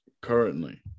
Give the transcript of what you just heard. currently